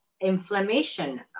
inflammation